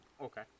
Okay